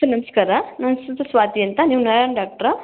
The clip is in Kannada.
ಸರ್ ನಮಸ್ಕಾರ ನನ್ನ ಹೆಸರು ಸ್ವಾತಿ ಅಂತ ನೀವು ನಾರಾಯಣ್ ಡಾಕ್ಟ್ರಾ